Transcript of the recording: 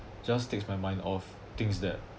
just takes my mind off things that